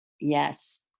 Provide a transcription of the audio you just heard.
Yes